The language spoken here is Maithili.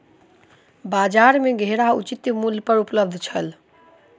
बजार में घेरा उचित मूल्य पर उपलब्ध छल